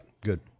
Good